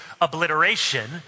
obliteration